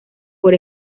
por